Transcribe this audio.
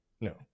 no